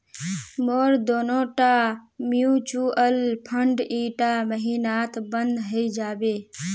मोर दोनोटा mutual fund ईटा महिनात बंद हइ जाबे